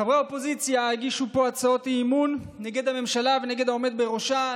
חברי אופוזיציה הגישו פה הצעות אי-אמון נגד הממשלה ונגד העומד בראשה,